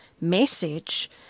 message